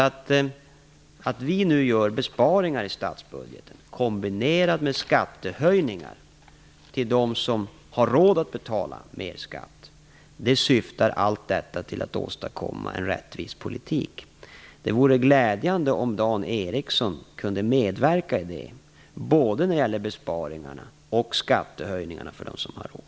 Att vi nu gör besparingar i statsbudgeten, kombinerat med skattehöjningar för dem som har råd att betala mer skatt, syftar till att åstadkomma en rättvis politik. Det vore glädjande om Dan Ericsson kunde medverka till detta både när det gäller besparingarna och skattehöjningarna för dem som har råd.